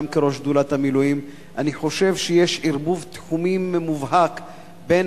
גם כראש שדולת המילואים: אני חושב שיש ערבוב תחומים מובהק בין